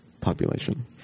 population